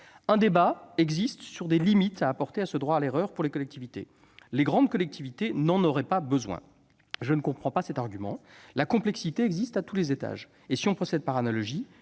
Un débat existe sur des limites à apporter à ce droit à l'erreur pour les collectivités. Les grandes collectivités n'en auraient pas besoin. Je ne comprends pas cet argument ! La complexité existe à tous les étages. Si l'on procède par analogie,